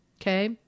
okay